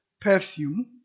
perfume